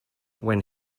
when